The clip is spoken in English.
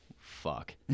fuck